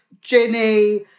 Ginny